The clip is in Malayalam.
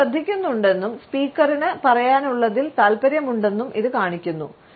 നമ്മൾ ശ്രദ്ധിക്കുന്നുണ്ടെന്നും സ്പീക്കറിന് പറയാനുള്ളതിൽ താൽപ്പര്യമുണ്ടെന്നും ഇത് കാണിക്കുന്നു